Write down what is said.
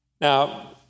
Now